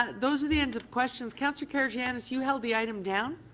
those are the ends of questions. councillor karygiannis you held the item down.